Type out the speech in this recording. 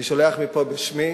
אני שולח מפה בשמי